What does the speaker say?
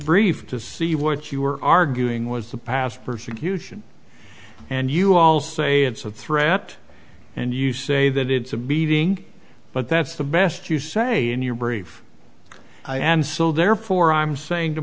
brief to see what you were arguing was the past persecution and you all say it's a threat and you say that it's a beating but that's the best you say in your brief i am so therefore i'm saying to